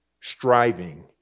striving